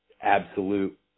absolute